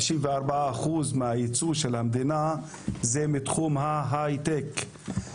54% מהייצוא של המדינה זה מתחום ההייטק.